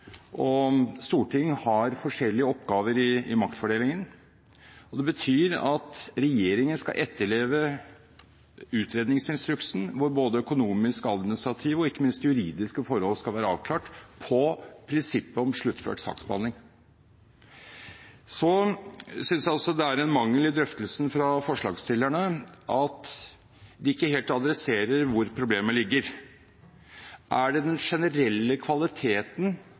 og storting har forskjellige oppgaver i maktfordelingen, og det betyr at regjeringen skal etterleve utredningsinstruksen, hvor både økonomiske, administrative og ikke minst juridiske forhold skal være avklart med hensyn til prinsippet om sluttført saksbehandling. Så synes jeg også det er en mangel i drøftelsen fra forslagsstillerne at de ikke helt adresserer hvor problemet ligger. Er det den generelle kvaliteten,